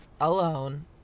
alone